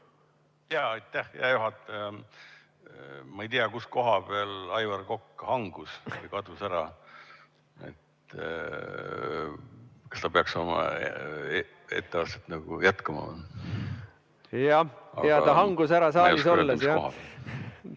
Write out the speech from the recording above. Ma ei tea, kus koha peal Aivar Kokk hangus või kadus ära. Kas ta peaks oma etteastet jätkama? Ta hangus ära saalis olles.